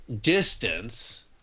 distance